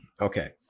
Okay